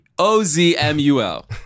O-Z-M-U-L